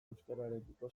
euskararekiko